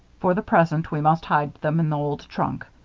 for the present, we must hide them in the old trunk.